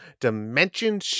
Dimension